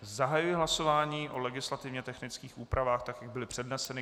Zahajuji hlasování o legislativně technických úpravách, tak jak byly předneseny.